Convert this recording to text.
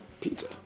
Pizza